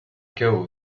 cao